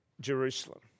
Jerusalem